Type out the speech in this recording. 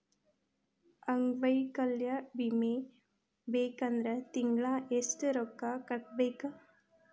ಅಂಗ್ವೈಕಲ್ಯ ವಿಮೆ ಬರ್ಬೇಕಂದ್ರ ತಿಂಗ್ಳಾ ಯೆಷ್ಟ್ ರೊಕ್ಕಾ ಕಟ್ಟ್ಬೇಕ್?